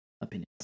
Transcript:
opinions